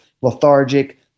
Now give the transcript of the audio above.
lethargic